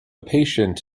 patient